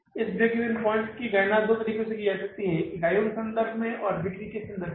इस break even points की गणना दो तरह से की जा सकती है इकाइयों के संदर्भ में और बिक्री के संदर्भ में